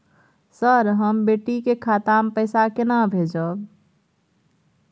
Sir, हम बेटी के खाता मे पैसा केना भेजब?